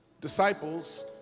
disciples